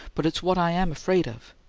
but it's what i am afraid of!